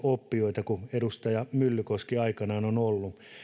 oppijat jollainen edustaja myllykoski aikanaan on ollut